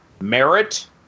merit